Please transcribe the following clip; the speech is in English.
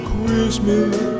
Christmas